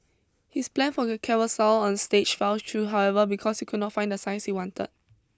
his plan for a carousel on stage fell through however because he could not find the size he wanted